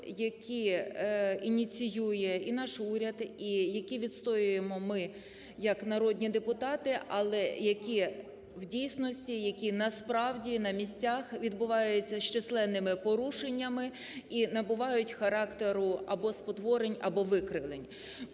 які ініціює і наш уряд, і які відстоюємо ми як народні депутати, але які в дійсності, які, насправді, на місцях відбуваються з численними порушеннями і набувають характеру або спотворень, або викривлень.